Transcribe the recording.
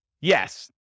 Yes